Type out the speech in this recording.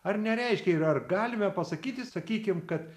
ar nereiškia ir ar galime pasakyti sakykim kad